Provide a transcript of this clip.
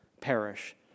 perish